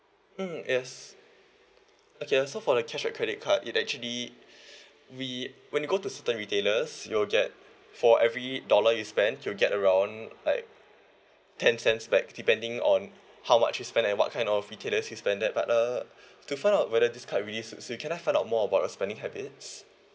mm yes okay so for the cashback credit card it actually we when you go to certain retailers you'll get for every dollar you spend you'll get around like ten cents back depending on how much you spend and what kind of retailers you spend at but uh to find out whether this card really suits you can I find out more about your spending habits